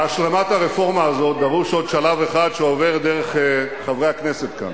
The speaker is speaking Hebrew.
להשלמת הרפורמה הזאת דרוש עוד שלב אחד שעובר דרך חברי הכנסת כאן,